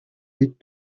үед